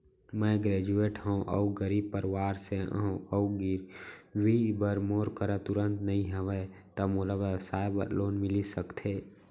मैं ग्रेजुएट हव अऊ गरीब परवार से हव अऊ गिरवी बर मोर करा तुरंत नहीं हवय त मोला व्यवसाय बर लोन मिलिस सकथे?